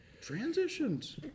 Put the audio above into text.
transitions